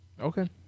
Okay